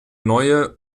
neue